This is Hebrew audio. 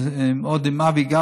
עוד עם אבי גבאי,